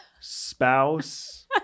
spouse